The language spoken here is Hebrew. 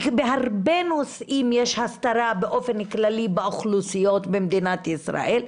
בהרבה נושאים יש הסתרה באופן כללי באוכלוסיות במדינת ישראל,